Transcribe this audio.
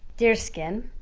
deer skin,